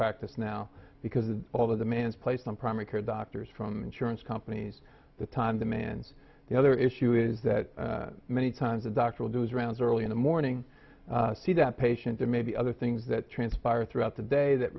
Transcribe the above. practice now because of all the demands placed on primary care doctors from insurance companies that time demands the other issue is that many times a doctor will do as rounds early in the morning see that patient and maybe other things that transpire throughout the day that